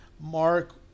Mark